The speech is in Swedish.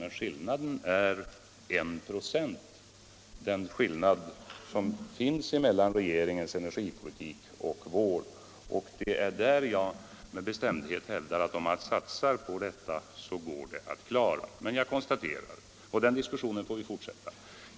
Men den skillnad som finns mellan regeringens energipolitik och vår är 1 96, och det är där jag med bestämdhet hävdar att om man satsar så som vi föreslagit går detta att klara. Den diskussionen får vi fortsätta vid ett senare tillfälle.